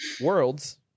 Worlds